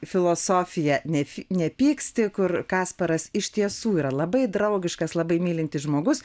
filosofiją nef nepyksti kur kasparas iš tiesų yra labai draugiškas labai mylintis žmogus